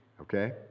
Okay